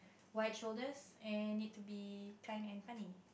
wide shoulders and need to be kind and funny